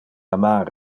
amar